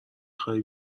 خوای